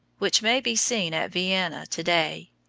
which may be seen at vienna to-day.